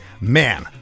man